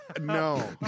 No